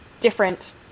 different